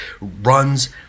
runs